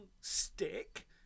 stick